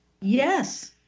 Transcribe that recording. Yes